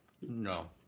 No